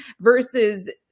versus